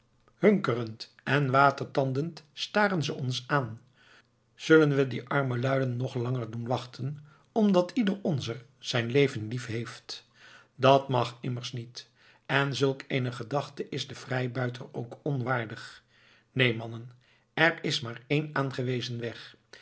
hunkerend en watertandend staren ze ons aan zullen we die arme luiden nog langer doen wachten omdat ieder onzer zijn leven lief heeft dat mag immers niet en zulk eene gedachte is den vrijbuiter ook onwaardig neen mannen er is maar één aangewezen weg